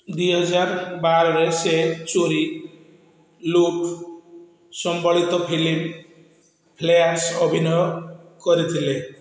ଦୁଇହଜାର ବାରରେ ସେ ଚୋରି ଲୁଟ ସମ୍ବଳିତ ଫିଲ୍ମ ପ୍ଲେୟାର୍ସ ଅଭିନୟ କରିଥିଲେ